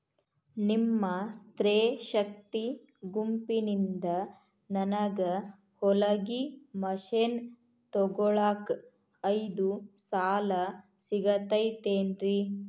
ನಿಮ್ಮ ಸ್ತ್ರೇ ಶಕ್ತಿ ಗುಂಪಿನಿಂದ ನನಗ ಹೊಲಗಿ ಮಷೇನ್ ತೊಗೋಳಾಕ್ ಐದು ಸಾಲ ಸಿಗತೈತೇನ್ರಿ?